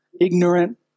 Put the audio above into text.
ignorant